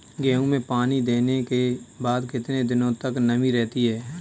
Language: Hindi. गेहूँ में पानी देने के बाद कितने दिनो तक नमी रहती है?